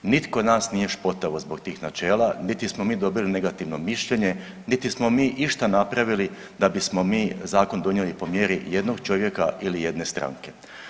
Nitko nas nije špotao zbog tih načela niti smo mi dobili negativno mišljenje, niti smo mi išta napravili da bismo mi zakon donijeli po mjeri jednog čovjeka ili jedne stranke.